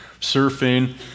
surfing